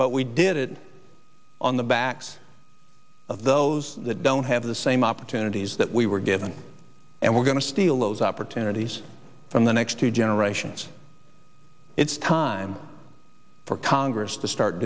but we did on the backs of those that don't have the same opportunities that we were given and we're going to steal those opportunities from the next two generations it's time for congress to start